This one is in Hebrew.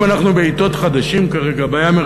אם אנחנו בעתות חדשות כרגע,